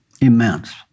immense